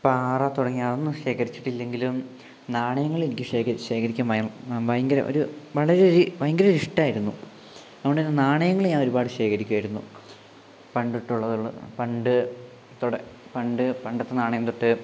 പാറ തുടങ്ങിയ അതൊന്നും ശേഖരിച്ചിട്ടില്ലെങ്കിലും നാണയങ്ങൾ എനിക്ക് ശേഖരി ശേഖരിക്കാൻ ഭയ ഭയങ്കര ഒരു വളരെ ഒര് ഭയങ്കര ഒരിഷ്ടമായിരുന്നു അതുകൊണ്ടുതന്നെ നാണയങ്ങൾ ഞാൻ ഒരുപാട് ശേഖരിക്കുമായിരുന്നു പണ്ടുതൊട്ടുള്ളത് ഉള്ളത് പണ്ട് പണ്ട് പണ്ടത്തെ നാണയം തൊട്ട്